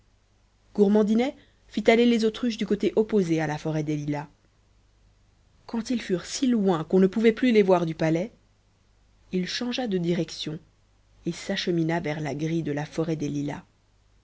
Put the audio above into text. fit aller les autruches du côté opposé à la forêt des lilas quand ils furent si loin qu'on ne pouvait plus les voir du palais il changea de direction et s'achemina vers la grille de la forêt des lilas